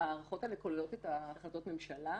ההערכות האלה כוללות את החלטות הממשלה,